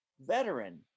veteran